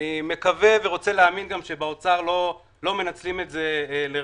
אני מקווה ורוצה להאמין שגם באוצר לא מנצלים את זה לרעה.